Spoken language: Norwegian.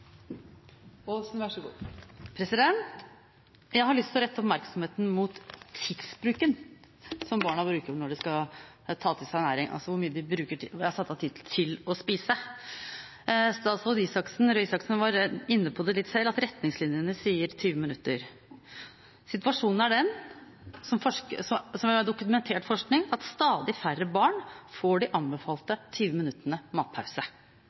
Jeg har lyst til å rette oppmerksomheten mot tidsbruken, den tida barna bruker på å ta til seg næring, altså hvor mye tid det er satt av til å spise. Statsråd Røe Isaksen var litt inne på det selv, at retningslinjene sier 20 minutter. Situasjonen er den, som dokumentert forskning viser, at stadig færre barn får de anbefalte 20 minuttene til matpause.